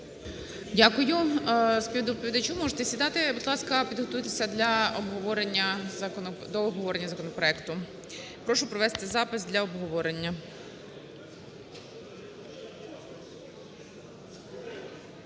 Дякую співдоповідачу, можете сідати. Будь ласка, підготуйтеся до обговорення законопроекту. Прошу провести запис для обговорення.